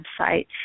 website